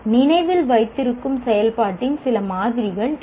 நினைவில் வைத்திருக்கும் செயல்பாட்டின் சில மாதிரிகள் இவை